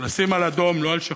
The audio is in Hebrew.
לשים על אדום, לא על שחור.